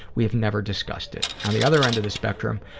we have never discussed it. on the other end of the spectrum,